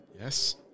Yes